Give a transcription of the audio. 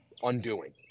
Undoing